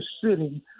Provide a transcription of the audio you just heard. sitting